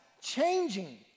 changing